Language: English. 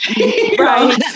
right